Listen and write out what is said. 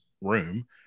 room